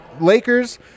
Lakers